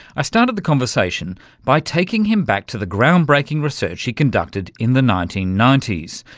i started the conversation by taking him back to the ground-breaking research he conducted in the nineteen ninety s,